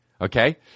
okay